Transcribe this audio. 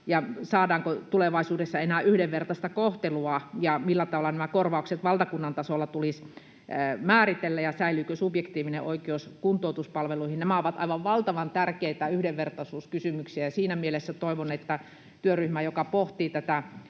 saadaanko tulevaisuudessa enää yhdenvertaista kohtelua ja millä tavalla nämä korvaukset valtakunnan tasolla tulisi määritellä ja säilyykö subjektiivinen oikeus kuntoutuspalveluihin. Nämä ovat aivan valtavan tärkeitä yhdenvertaisuuskysymyksiä, ja siinä mielessä toivon, että työryhmä, joka pohtii tätä